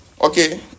Okay